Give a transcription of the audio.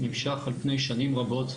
נמשך על פני שנים רבות.